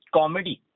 comedy